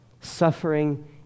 suffering